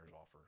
offer